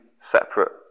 separate